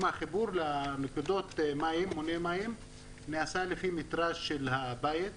חיבור לנקודות מונה המים נעשה לפי המטרז' של הבית,